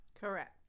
Correct